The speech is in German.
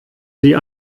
sie